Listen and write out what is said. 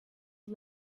you